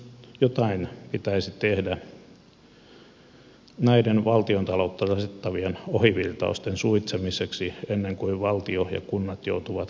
jotain pitäisi tehdä näiden valtiontaloutta rasittavien ohivirtausten suitsemiseksi ennen kuin valtio ja kunnat joutuvat konkurssiin